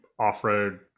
off-road